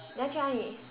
你要去哪里